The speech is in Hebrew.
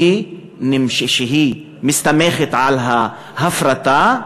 שמסתמכת על ההפרטה,